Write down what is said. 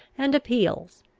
and appeals,